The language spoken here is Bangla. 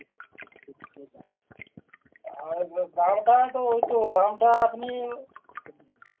দামটা তো ওই তো দামটা আপনি